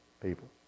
people